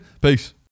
Peace